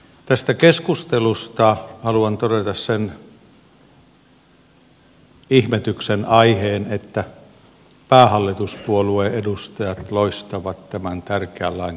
tästä keskustelusta haluan todeta sen ihmetyksen aiheen että päähallituspuolueen edustajat loistavat tämän tärkeän lain käsittelystä poissaolollaan